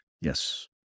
Yes